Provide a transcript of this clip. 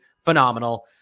phenomenal